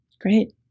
Great